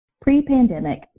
pre-pandemic